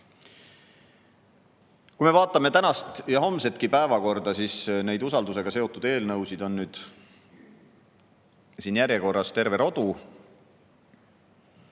Kui me vaatame tänast ja homsetki päevakorda, siis [näeme, et] neid usaldusega seotud eelnõusid on järjekorras terve rodu.